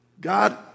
God